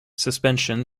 suspension